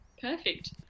perfect